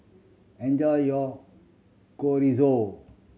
enjoy your Chorizo